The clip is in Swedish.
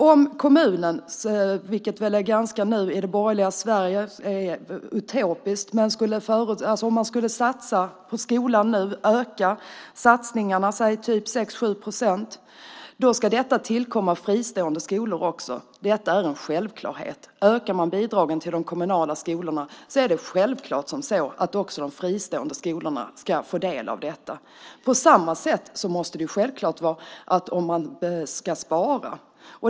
Om kommunerna satsade på skolan, ökade satsningarna med 6-7 procent - en i det borgerliga Sverige utopisk tanke - skulle den satsningen även tillkomma fristående skolor. Det är en självklarhet. Om man ökar bidragen till de kommunala skolorna är det självklart att också de fristående skolorna får del av dem. På samma sätt måste det vara om man sparar.